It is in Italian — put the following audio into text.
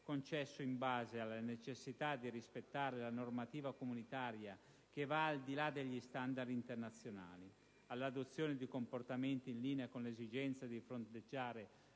concesso in base alla necessità di rispettare la normativa comunitaria che va al di là degli standard internazionali; all'adozione di comportamenti in linea con l'esigenza di fronteggiare